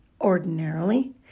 Ordinarily